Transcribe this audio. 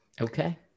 Okay